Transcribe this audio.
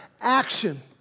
action